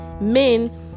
men